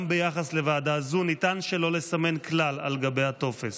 גם ביחס לוועדה הזו ניתן שלא לסמן כלל על גבי הטופס.